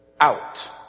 out